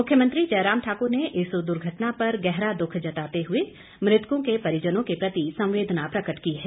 मुख्यमंत्री जयराम ठाकुर ने इस दुर्घटना पर गहरा दुख जताते हुए मृतकों के परिजनों के प्रति संवेदना प्रकट की है